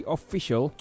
Official